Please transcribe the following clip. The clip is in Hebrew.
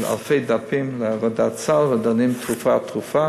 של אלפי דפים, לוועדת הסל, ודנים תרופה-תרופה.